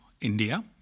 India